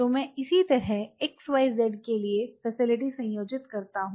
तो मैं इसी तरह xyz के लिए फैसिलिटी संयोजित करता हूँ